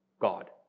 God